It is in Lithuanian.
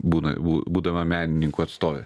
būna bū būdama menininkų atstovė